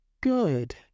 good